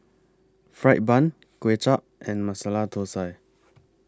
Fried Bun Kway Chap and Masala Thosai